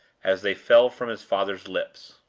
as they fell from his father's lips